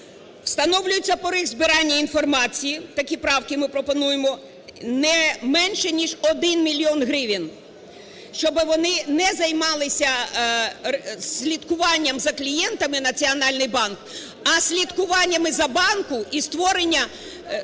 Встановлюється поріг збирання інформації. Такі правки ми пропонуємо: не менше ніж 1 мільйон гривень, щоби вони не займалися слідкуванням за клієнтами, Національний банк, а слідкуваннями за банком і створення сильної